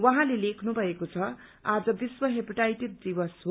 उहाँले लेख्नुभएको छ आज विश्व हेपाटाइटिस दिवस हो